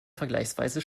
vergleichsweise